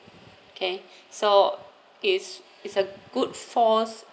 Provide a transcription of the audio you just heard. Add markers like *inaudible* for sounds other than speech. okay *breath* so it's it's a good force